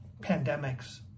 pandemics